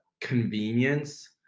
convenience